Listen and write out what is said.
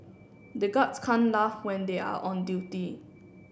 the guards can't laugh when they are on duty